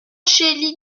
chély